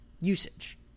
usage